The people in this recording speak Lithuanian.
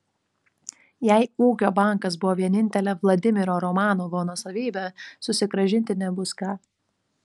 jei ūkio bankas buvo vienintelė vladimiro romanovo nuosavybė susigrąžinti nebus ką